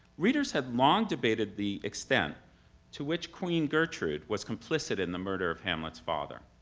readers have long debated the extent to which queen gertrude was complicit in the murder of hamlet's father.